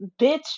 bitch